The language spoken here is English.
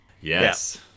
Yes